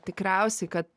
tikriausiai kad